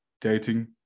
dating